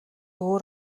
өөр